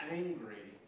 angry